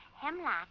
Hemlock